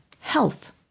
health